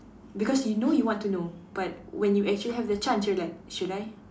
because you know you want to know but when you actually have the chance you're like should I